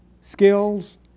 skills